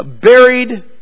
buried